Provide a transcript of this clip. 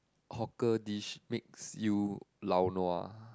hawker dish makes you lao nua